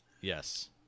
Yes